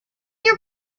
your